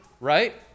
Right